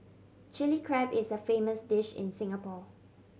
Chilli Crab is a famous dish in Singapore